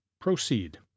proceed